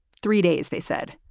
three days, they said,